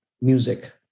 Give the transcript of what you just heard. music